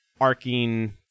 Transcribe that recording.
arcing